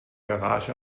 garage